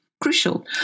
crucial